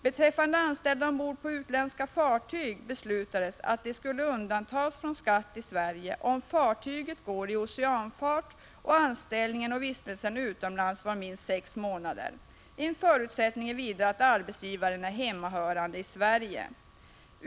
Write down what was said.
Beträffande anställda ombord på utländska fartyg beslutades att de skulle undantas från skatt i Sverige, om fartyget går i oceanfart och anställningen och vistelsen utomlands varat minst sex månader. En förutsättning är vidare att arbetsgivaren är hemmahörande i Sverige.